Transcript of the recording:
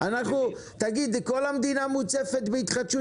את המודלים שהצגנו תתחיל